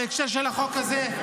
בהקשר של החוק הזה,